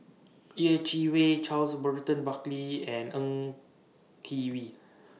Yeh Chi Wei Charles Burton Buckley and Ng Kee We